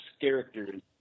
characters